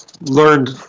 learned